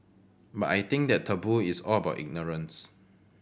but I think that taboo is all about ignorance